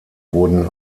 wurden